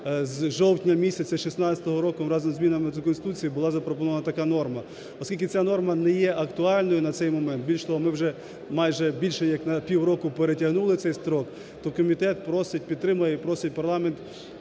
місяця 2016 року, разом зі змінами до Конституції була запропонована така норма. Оскільки ця норма не є актуальною на цей момент, більш того, ми вже майже більше як на півроку перетягнули цей строк, то комітет просить… підтримує і просить парламент